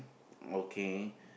okay